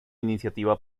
iniciativa